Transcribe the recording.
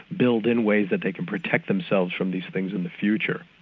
build in ways that they can protect themselves from these things in the future,